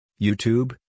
YouTube